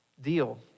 deal